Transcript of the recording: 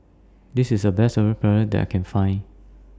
This IS The Best Samgyeopsal that I Can Find